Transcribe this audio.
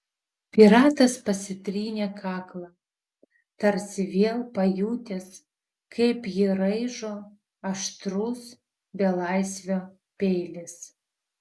piratas pasitrynė kaklą tarsi vėl pajutęs kaip jį raižo aštrus belaisvio peilis